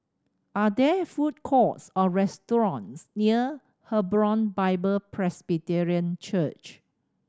are there food courts or restaurants near Hebron Bible Presbyterian Church